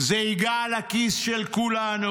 זה יגע לכיס של כולנו.